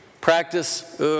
practice